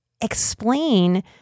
explain